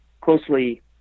closely